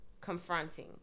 confronting